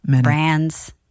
brands